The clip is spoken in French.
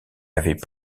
avait